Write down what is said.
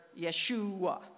Yeshua